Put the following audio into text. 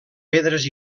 pedres